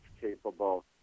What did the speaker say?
capable